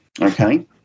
Okay